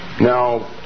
Now